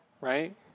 right